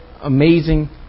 amazing